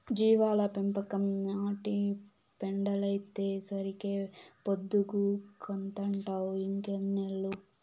జీవాల పెంపకం, ఆటి పెండలైతేసరికే పొద్దుగూకతంటావ్ ఇంకెన్నేళ్ళు